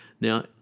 Now